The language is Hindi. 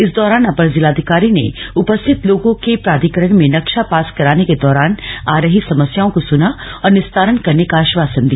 इस दौरान अपर जिलाधिकारी ने उपस्थित लोगों के प्राधिकरण में नक्शा पास कराने के दौरान आ रही समस्याओं को सुना और निस्तारण करने का आश्वासन दिया